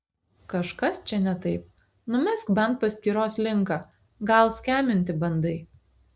kažkas čia ne taip numesk bent paskyros linką gal skeminti bandai